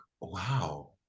wow